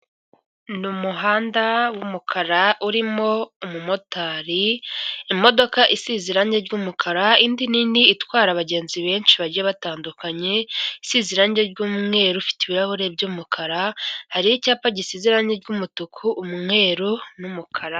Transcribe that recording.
Ni umuhanda w'umukara urimo umumotari, imodoka isize irangi ry'umukara indi nini itwara abagenzi benshi bagiye batandukanye isize irangi ry'umweru, ufite ibirahuri by'umukara, hari icyapa gisize irange ry'umutuku umweru n'umukara.